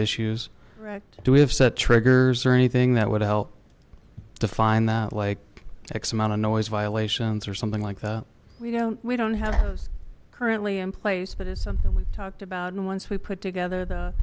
issues do we have set triggers or anything that would help define that like x amount of noise violations or something like that we don't we don't have those currently in place but it's something we've talked about and once we put together the